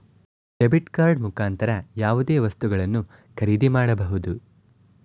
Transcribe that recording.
debit card ಮುಖಾಂತರ ಯಾವುದೇ ವಸ್ತುಗಳನ್ನು ಖರೀದಿ ಮಾಡಬಹುದು